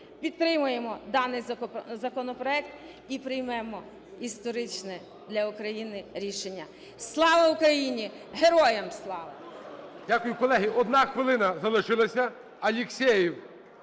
Підтримаємо даний і приймемо історичне для України рішення! Слава Україні! Героям слава!